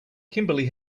kimberly